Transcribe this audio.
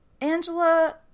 Angela